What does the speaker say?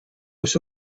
this